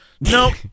Nope